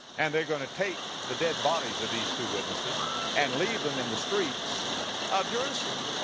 and they're going to take the dead bodies of these two witnesses and leave them in the streets of jerusalem.